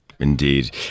indeed